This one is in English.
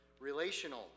relational